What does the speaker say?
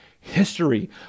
history